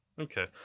Okay